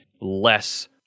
less